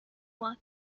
walk